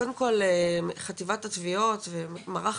קודם כל, חטיבת התביעות ומערך